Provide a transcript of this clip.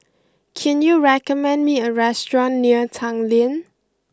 can you recommend me a restaurant near Tanglin